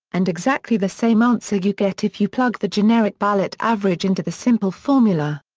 and exactly the same answer you get if you plug the generic ballot average into the simple formula.